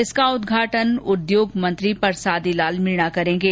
इसका उदघाटन उद्योग मंत्री परसादी लाल मीणा करेंगे